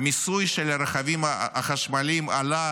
המיסוי של הרכבים החשמליים עלה